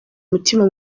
umutima